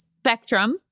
spectrum